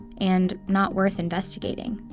and not worth investigating.